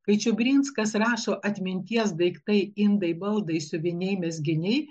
kai čiubrinskas rašo atminties daiktai indai baldai siuviniai mezginiai